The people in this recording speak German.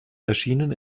erschienen